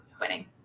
winning